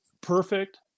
perfect